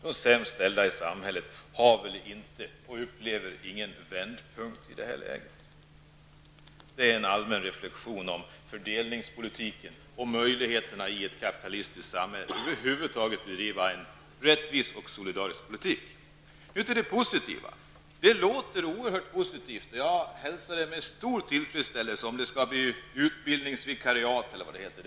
De sämst ställda i samhället upplever ingen vändpunkt i det läget. Det är en allmän reflexion beträffande fördelningspolitiken och möjligheterna att i ett kapitalistiskt samhälle över huvud taget bedriva en rättvis och solidarisk politik. Så till det positiva. Det låter oerhört positivt, jag hälsar alltså med stor tillfredsställelse, när man talar om utbildningsvikariat -- eller vad det nu heter.